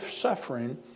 suffering